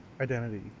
identity